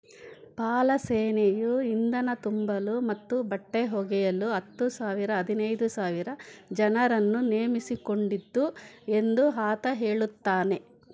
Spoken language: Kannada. ಪಾಲ ಸೇನೆಯು ಇಂಧನ ತುಂಬಲು ಮತ್ತು ಬಟ್ಟೆ ಒಗೆಯಲು ಹತ್ತು ಸಾವಿರ ಹದಿನೈದು ಸಾವಿರ ಜನರನ್ನು ನೇಮಿಸಿಕೊಂಡಿತ್ತು ಎಂದು ಆತ ಹೇಳುತ್ತಾನೆ